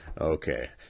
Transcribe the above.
Okay